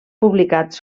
publicats